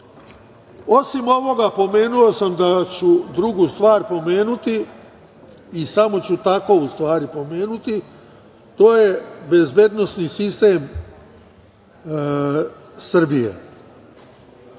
ovoga, pomenuo sam da ću drugu stvar pomenuti i samo ću tako, u stvari, pomenuti, to je bezbednosni sistem Srbije. Samo